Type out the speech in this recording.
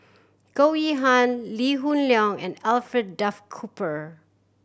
Goh Yihan Lee Hoon Leong and Alfred Duff Cooper